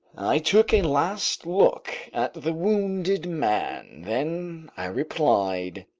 i took a last look at the wounded man, then i replied